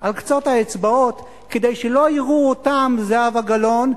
על קצות האצבעות, כדי שלא יראו אותם, זהבה גלאון,